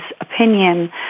opinion